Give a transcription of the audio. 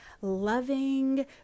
loving